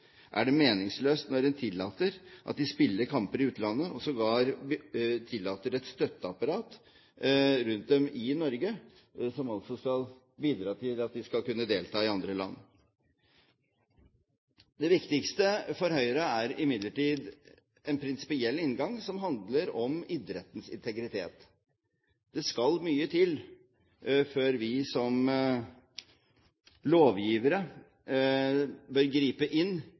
er det meningsløst når en tillater at de deltar i kamper i utlandet og sågar tillater et støtteapparat rundt dem i Norge, som altså skal bidra til at de skal kunne delta i andre land. Det viktigste for Høyre er imidlertid en prinsipiell inngang som handler om idrettens integritet. Det skal mye til før vi som lovgivere bør gripe inn